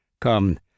Come